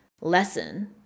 lesson